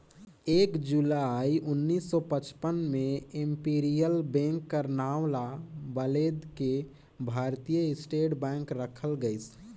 एक जुलाई उन्नीस सौ पचपन में इम्पीरियल बेंक कर नांव ल बलेद के भारतीय स्टेट बेंक रखल गइस